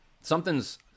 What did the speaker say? Something's